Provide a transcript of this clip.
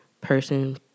person